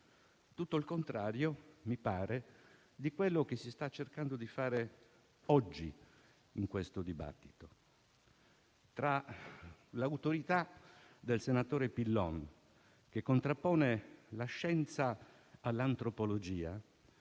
Tutto il contrario, mi pare, di quanto si sta cercando di fare oggi in questo dibattito. Tra l'autorità del senatore Pillon, che contrappone la scienza all'antropologia,